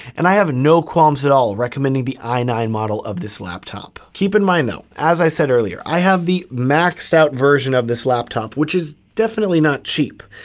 and i have no qualms at all recommending the i nine model of this laptop. keep in mind though, as i said earlier, i have the maxed out version of this laptop, which is definitely not cheap.